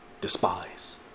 despise